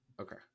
Okay